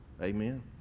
Amen